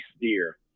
deer